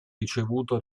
ricevuto